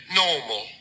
normal